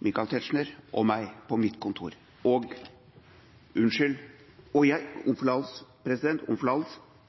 Michael Tetzschner og meg på mitt kontor. Og jeg – om forlatelse, om forlatelse